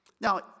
Now